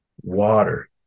water